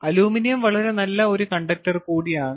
aluminium വളരെ നല്ല ഒരു കണ്ടക്ടർ കൂടിയാണ്